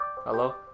Hello